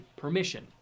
permission